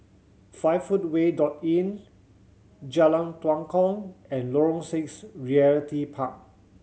Five Footway dot Inn Jalan Tua Kong and Lorong Six Realty Park